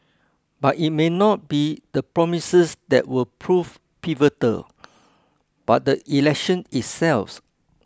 but it may not be the promises that will prove pivotal but the election itself